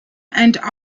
and